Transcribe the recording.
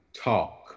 talk